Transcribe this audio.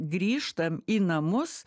grįžtam į namus